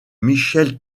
michele